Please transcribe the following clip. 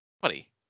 Funny